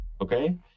okay